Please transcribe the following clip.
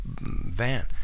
van